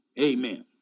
Amen